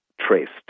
traced